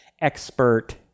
expert